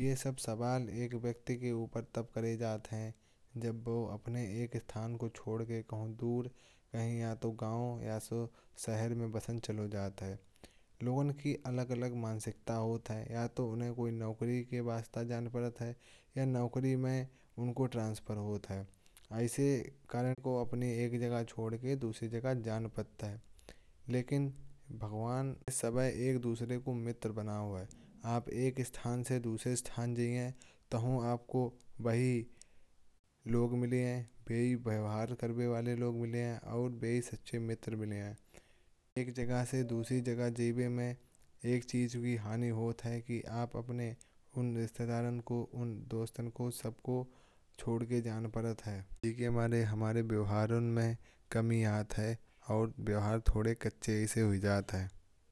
ये सब सवाल एक व्यक्ति के ऊपर तब किये जाते हैं। जब वो अपने एक स्थल को छोड़ कर कहीं दूर या तो गाँव या शहर में बसन चल जाता है। लोगों की अलग अलग मानसिकता होती है। या तो उन्हें कोई नौकरी के लिये जाना पड़ता है। या नौकरी में उनका ट्रांसफर होता है। ऐसे कारणों से अपनी एक जगह छोड़कर दूसरी जगह जाना पड़ता है। लेकिन भगवान के समय पर एक दुसरे को मित्र बना लेना। आप एक स्थल से दूसरे स्थल जाते हैं तो आपको वही लोग मिलते हैं। भी व्यवहार करने वाले लोग मिलते हैं और भी सच्चे मित्र मिलते हैं। एक जगह से दूसरी जगह जाने में एक चीज की हानि होती है कि आप अपने उन रिश्तेदारों को। उन दोस्तों को सबको छोड़ कर जाते हैं। जिसके लिये हमारे व्यवहार में कमी आती है और व्यवहार थोड़े कच्चे से हो जाते हैं।